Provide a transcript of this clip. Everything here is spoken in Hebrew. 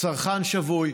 לצרכן שבוי.